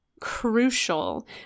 crucial